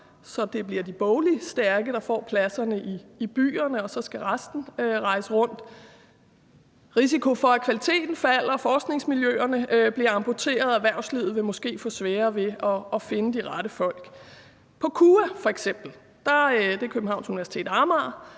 så det bliver de bogligt stærke, der får pladserne i byerne, og så skal resten rejse rundt. Der kan være en risiko for, at kvaliteten falder, og at forskningsmiljøerne bliver amputeret, og erhvervslivet vil måske få sværere ved at finde de rette folk. På f.eks. KUA – det er Københavns Universitet Amager